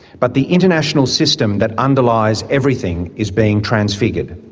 but the international system that underlies everything is being transfigured.